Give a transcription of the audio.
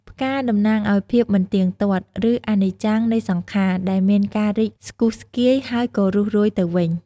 ផ្កា តំណាងឱ្យភាពមិនទៀងទាត់ ឬ អនិច្ចំ នៃសង្ខារ ដែលមានការរីកស្គុះស្គាយហើយក៏រុះរោយទៅវិញ។